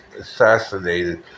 assassinated